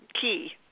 key